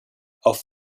auf